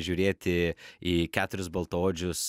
žiūrėti į keturis baltaodžius